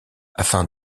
afin